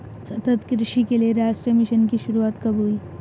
सतत कृषि के लिए राष्ट्रीय मिशन की शुरुआत कब हुई?